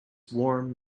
warm